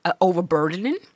overburdening